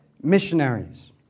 missionaries